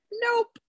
nope